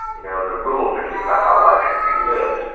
you know the rules are just about how life should be lived.